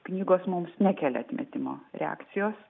knygos mums nekelia atmetimo reakcijos